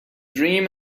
dream